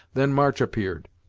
then march appeared,